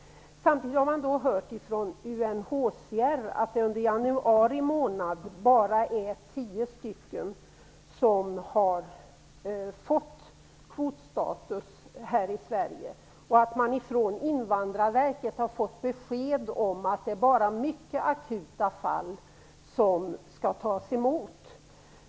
Samtidigt har UNHCR rapporterat att det under januari månad bara är 10 flyktingar som har fått kvotstatus här i Sverige och att man på Invandrarverket har fått besked om att bara mycket akuta fall skall tas emot.